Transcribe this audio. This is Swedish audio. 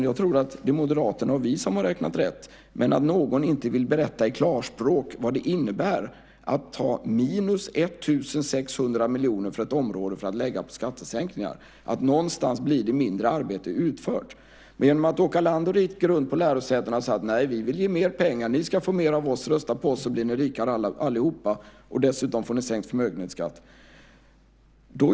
Jag tror att det är Moderaterna och vi som har räknat rätt men att någon inte vill berätta i klarspråk vad det innebär att ta 1 600 miljoner från ett område för att använda dem till skattesänkningar. Någonstans blir det mindre arbete utfört. Man åker land och rike runt på lärosätena och säger: Vi vill ge mer pengar. Ni ska få mer av oss. Rösta på oss, så blir ni rikare allihop, och dessutom får ni sänkt förmögenhetsskatt.